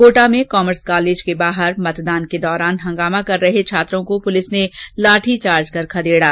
कोटा में commerce college के बाहर मतदान के दौरान हंगामा कर रहे छात्रों को पुलिस ने लाठीचार्ज कर खदेडा